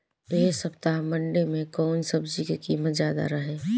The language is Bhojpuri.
एह सप्ताह मंडी में कउन सब्जी के कीमत ज्यादा रहे?